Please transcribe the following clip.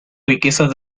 riquezas